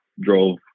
Drove